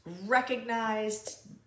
recognized